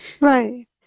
Right